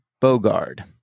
Bogard